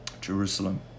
Jerusalem